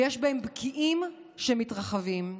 ויש בהם בקיעים שמתרחבים.